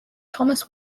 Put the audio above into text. thomas